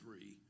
three